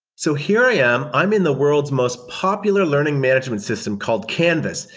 so here i am. i'm in the world's most popular learning management system called canvas.